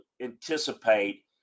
anticipate